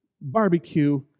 barbecue